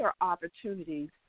opportunities